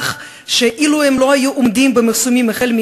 שאילו הם לא היו עומדים במחסומים החל,